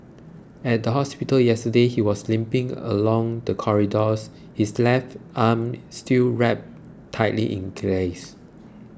at the hospital yesterday he was limping along the corridors his left arm still wrapped tightly in graze